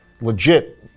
legit